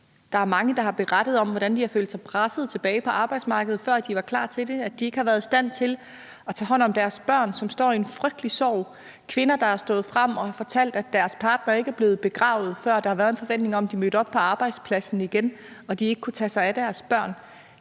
Der er mange, der har berettet om, hvordan de har følt sig presset tilbage på arbejdsmarkedet, før de var klar til det, og at de ikke har været i stand til at tage hånd om deres børn, som står i en frygtelig sorg. Der er kvinder, der har stået frem og fortalt, at deres partner ikke er blevet begravet, før der har været en forventning om, at de mødte op på arbejdspladsen igen, og at de ikke kunne tage sig af deres børn.